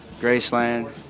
Graceland